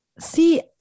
See